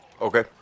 Okay